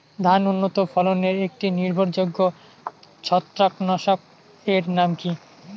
ধান উন্নত ফলনে একটি নির্ভরযোগ্য ছত্রাকনাশক এর নাম কি?